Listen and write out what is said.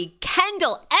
Kendall